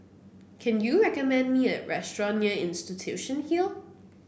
can you recommend me a restaurant near Institution Hill